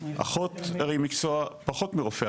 אחות היא הרי מקצוע פחות מרופא,